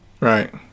right